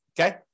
Okay